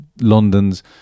London's